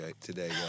today